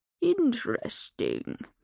Interesting